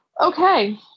Okay